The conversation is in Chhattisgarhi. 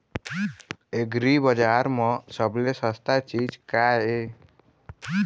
एग्रीबजार म सबले सस्ता चीज का ये?